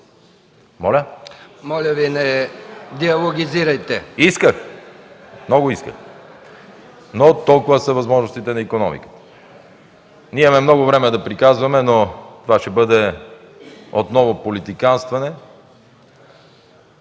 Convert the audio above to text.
Моля Ви не диалогизирайте. БОЙКО БОРИСОВ: Исках, много исках, но толкова са възможностите на икономиката. Ние имаме много време да приказваме, но това ще бъде отново политиканстване.